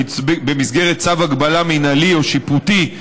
במסגרת צו הגבלה מינהלי או צו הגבלה שיפוטי,